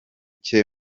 cye